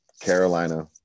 Carolina